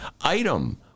item